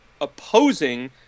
opposing